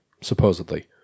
supposedly